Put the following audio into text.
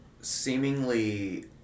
seemingly